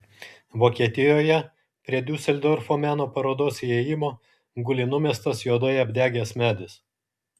vokietijoje prie diuseldorfo meno parodos įėjimo guli numestas juodai apdegęs medis